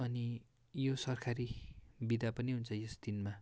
अनि यो सरकारी बिदा पनि हुन्छ यस दिनमा